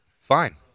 fine